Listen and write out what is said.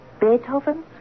Beethoven